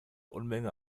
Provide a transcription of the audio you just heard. unmenge